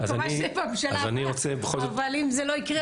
מקווה שזה יהיה בממשלה הבאה אבל אם זה לא יקרה,